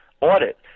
audit